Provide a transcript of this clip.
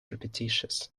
repetitious